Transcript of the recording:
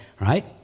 right